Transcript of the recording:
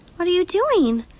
what are you doing?